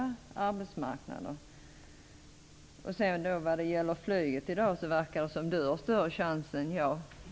När det gäller möjligheterna att flyga i dag, verkar det som om Anders Sundström har större chans än jag att kunna flyga från Stockholm.